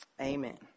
amen